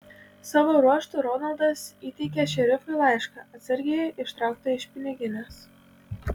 savo ruožtu rolandas įteikė šerifui laišką atsargiai ištrauktą iš piniginės